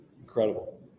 Incredible